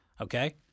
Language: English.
Okay